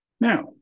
Now